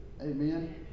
Amen